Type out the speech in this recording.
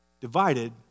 divided